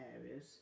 areas